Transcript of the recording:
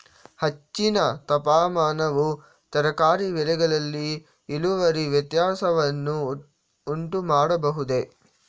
ಹೆಚ್ಚಿನ ತಾಪಮಾನವು ತರಕಾರಿ ಬೆಳೆಗಳಲ್ಲಿ ಇಳುವರಿ ವ್ಯತ್ಯಾಸವನ್ನು ಉಂಟುಮಾಡಬಹುದೇ?